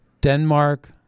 Denmark